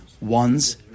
ones